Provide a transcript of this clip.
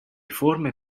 forme